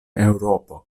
eŭropo